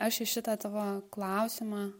aš į šitą tavo klausimą